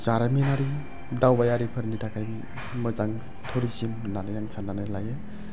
जारिमिनारि दावबायारिफोरनि थाखाय मोजां टुरिजिम होननानै आं साननानै लायो